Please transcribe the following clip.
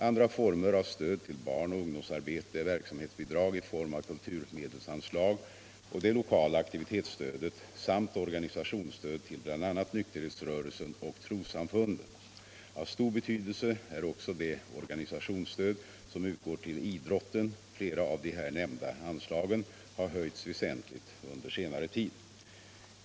Andra former av stöd till barnoch ungdomsarbete är verksamhetsbidrag i form av kulturmedelsanslag och det lokala aktivitetsstödet samt organisationsstöd till bl.a. nykterhetsrörelsen och trossamfunden. Av stor betydelse är också det organisationsstöd som utgår till idrotten. Flera av de här nämnda anslagen har höjts väsentligt under senare tid.